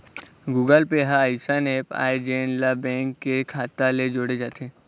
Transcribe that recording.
Google Pay ह अइसन app आय जेन ला बेंक के खाता ले जोड़े जाथे